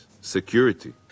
security